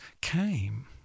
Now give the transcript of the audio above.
came